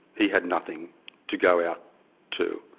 he had nothing to go out to.